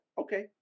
okay